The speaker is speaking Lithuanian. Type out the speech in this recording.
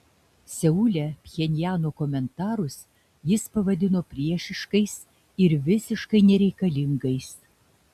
seule pchenjano komentarus jis pavadino priešiškais ir visiškai nereikalingais